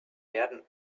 werden